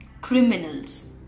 Criminals